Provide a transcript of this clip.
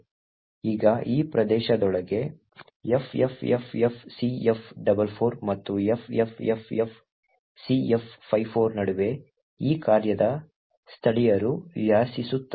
ಈಗ ಈ ಪ್ರದೇಶದೊಳಗೆ ffffcf44 ಮತ್ತು ffffcf54 ನಡುವೆ ಈ ಕಾರ್ಯದ ಸ್ಥಳೀಯರು ವಾಸಿಸುತ್ತಾರೆ